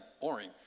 boring